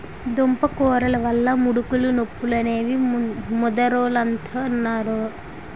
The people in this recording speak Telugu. దుంపకూరలు వల్ల ముడుకులు నొప్పులు అనేసి ముదరోలంతన్నారు